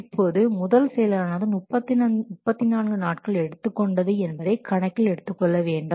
இப்பொழுது முதல் செயலானது 34 நாட்கள் எடுத்து கொண்டது என்பதை கணக்கில் எடுத்துக் கொள்ள வேண்டும்